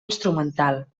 instrumental